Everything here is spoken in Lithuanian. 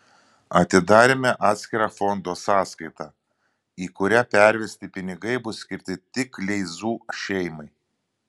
atidarėme atskirą fondo sąskaitą į kurią pervesti pinigai bus skirti tik kleizų šeimai